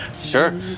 Sure